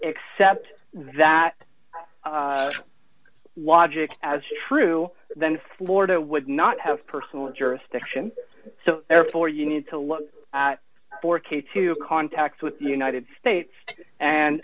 accept that logic as true then florida would not have personal and jurisdiction so therefore you need to look at four k two contacts with the united states and